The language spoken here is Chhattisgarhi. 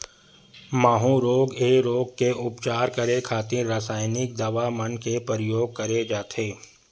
माहूँ रोग ऐ रोग के उपचार करे खातिर रसाइनिक दवा मन के परियोग करे जाथे